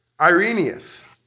Irenaeus